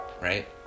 Right